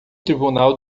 tribunal